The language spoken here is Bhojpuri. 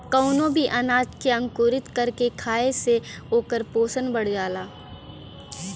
कवनो भी अनाज के अंकुरित कर के खाए से ओकर पोषण बढ़ जाला